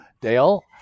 Dale